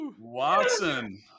watson